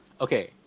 okay